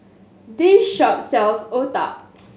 this shop sells Otah